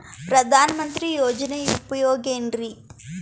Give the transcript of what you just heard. ಪ್ರಧಾನಮಂತ್ರಿ ಯೋಜನೆ ಉಪಯೋಗ ಏನ್ರೀ?